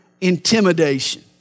intimidation